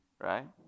Right